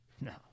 No